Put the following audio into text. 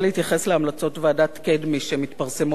להמלצות ועדת-קדמי שמתפרסמות היום.